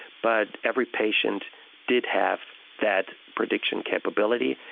but every patient did have that prediction capability,